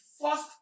first